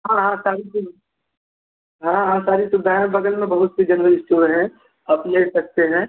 हाँ हाँ सारी सुव हाँ हाँ सारी सुबधाएँ हैं बग़ल में बहुत से जेनरल स्टोर हैं आप ले सकते हैं